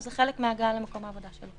זה חלק מההגעה למקום העבודה.